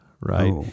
right